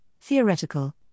theoretical